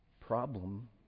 problem